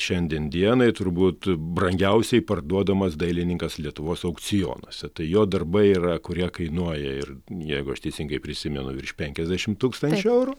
šiandien dienai turbūt brangiausiai parduodamas dailininkas lietuvos aukcionuose tai jo darbai yra kurie kainuoja ir jeigu aš teisingai prisimenu virš penkiasdešim tūkstančių eurų